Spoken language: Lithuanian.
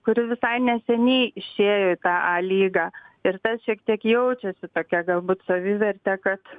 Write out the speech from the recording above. kuri visai neseniai išėjo į tą a lygą ir tas šiek tiek jaučiasi tokia galbūt savivertė kad